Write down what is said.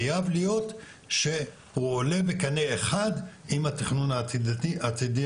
חייב להיות שהוא עולה בקנה אחד עם התכנון העתידני,